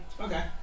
Okay